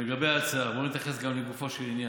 לגבי ההצעה, בואו נתייחס גם לגופו של עניין.